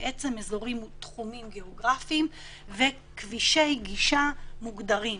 שהם אזורים תחומים גיאוגרפית ויש כבישי גישה מוגדרים: